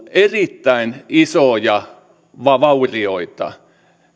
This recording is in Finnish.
erittäin isoja vaurioita